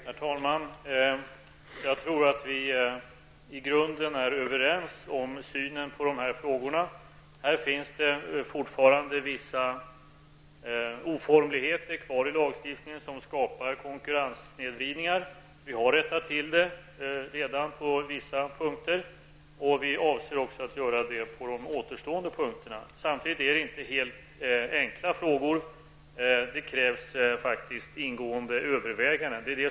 Herr talman! Vi är nog i grunden överens i synen på dessa frågor. Här finns fortfarande vissa oformligheter kvar i lagstiftningen, som skapar konkurrenssnedvridningar. Dessa har redan rättats till på vissa punkter och vi avser att också rätta till återstående punkter. Samtidigt rör det sig om ganska komplicerade frågor, och det krävs därför ingående överväganden.